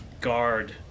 guard